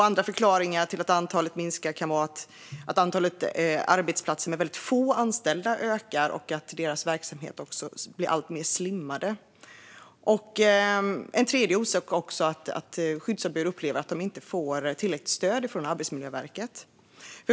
Andra förklaringar till att antalet skyddsombud minskar kan vara att antalet företag med få anställda ökar och att företagens verksamheter blir alltmer slimmade. En tredje orsak är att skyddsombuden upplever att de inte får tillräckligt stöd från Arbetsmiljöverket.